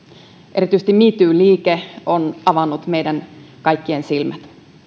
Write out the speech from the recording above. erityisesti me too liike on avannut meidän kaikkien silmät